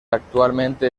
actualmente